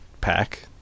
Pack